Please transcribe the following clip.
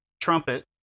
trumpet